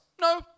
No